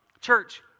Church